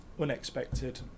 unexpected